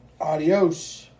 Adios